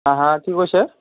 হাঁ হাঁ কি কৈছে